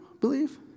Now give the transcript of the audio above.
believe